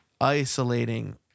isolating